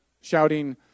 shouting